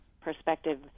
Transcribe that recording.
perspective